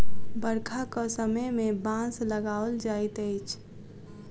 बरखाक समय मे बाँस लगाओल जाइत अछि